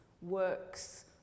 works